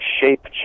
shape